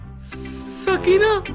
sakina!